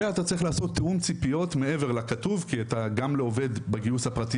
ואתה צריך לעשות תאום ציפיות מעבר לכתוב כי גם לעובד בגיוס הפרטי